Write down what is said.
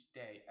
day